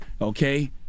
okay